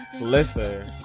Listen